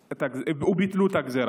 וביטלו את הגזרה.